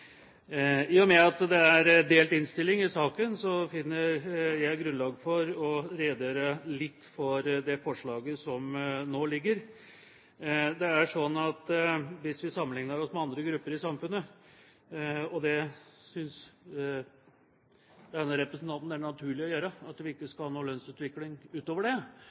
I og med at det er delt innstilling i saken, finner jeg grunnlag for å redegjøre litt for det forslaget som nå foreligger. Hvis vi sammenligner oss med andre grupper i samfunnet – og det synes denne representanten det er naturlig å gjøre – skal vi ikke ha en lønnsutvikling utover det